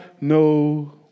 no